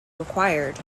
required